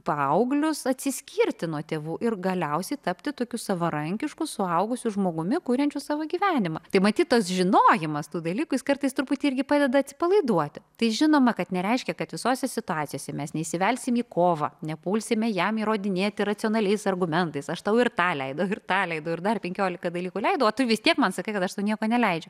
paauglius atsiskirti nuo tėvų ir galiausiai tapti tokiu savarankišku suaugusiu žmogumi kuriančiu savo gyvenimą tai matyt tas žinojimas tų dalykė jis kartais truputį irgi padeda atsipalaiduoti tai žinoma kad nereiškia kad visose situacijose mes neįsivelsim į kovą nepulsime jam įrodinėti racionaliais argumentais aš tau ir tą leidau ir tą leidau ir dar penkiolika dalykų leidau o vis tiek man sakai kad aš nieko neleidžiu